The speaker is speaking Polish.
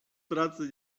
pracy